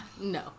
No